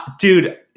dude